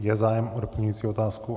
Je zájem o doplňující otázku.